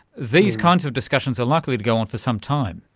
these kinds of discussions are likely to go on for some time.